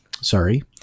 sorry